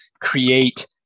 create